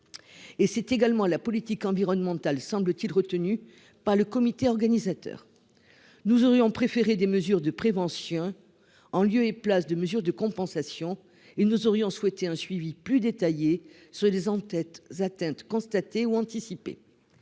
Et c'est également la politique environnementale semble-t-il retenu par le comité organisateur. Nous aurions préféré des mesures de prévention. En lieu et place de mesures de compensation il nous aurions souhaité un suivi plus détaillée, se disant peut-être atteinte constatée ou anticipée.